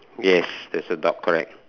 yes there's a dog correct